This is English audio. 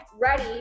ready